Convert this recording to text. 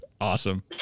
Awesome